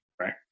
right